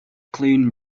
clean